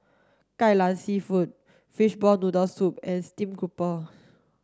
Kai Lan seafood fishball noodle soup and stream grouper